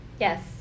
yes